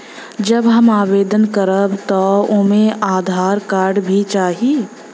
जब हम आवेदन करब त ओमे आधार कार्ड भी चाही?